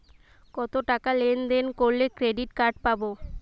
কতটাকা লেনদেন করলে ক্রেডিট কার্ড পাব?